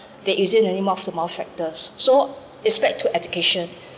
there isn't anymore after mouth factors so it's back to education